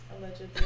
Allegedly